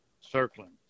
circling